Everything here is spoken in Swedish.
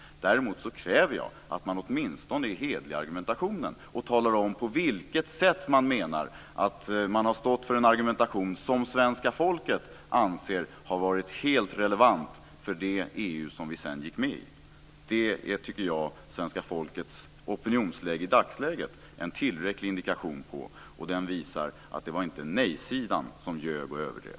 Däremot kräver jag att man åtminstone är hederlig i argumentationen och talar om på vilket sätt man menar att man har stått för en argumentation som svenska folket anser har varit helt relevant för det EU som vi sedan gick med i. Det tycker jag att opinionen i svenska folket i dagsläget är en tillräcklig indikation på. Och den visar att det inte var nej-sidan som ljög och överdrev.